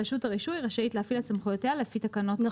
רשות הרישוי רשאי להפעיל את סמכויותיה לפי תקנות התעבורה".